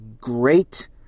great